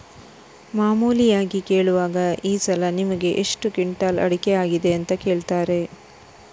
ಮಾಮೂಲಿಯಾಗಿ ಕೇಳುವಾಗ ಈ ಸಲ ನಿಮಿಗೆ ಎಷ್ಟು ಕ್ವಿಂಟಾಲ್ ಅಡಿಕೆ ಆಗಿದೆ ಅಂತ ಕೇಳ್ತಾರೆ